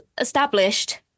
established